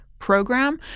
program